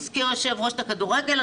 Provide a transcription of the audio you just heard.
הזכיר היו"ר את הכדורגל,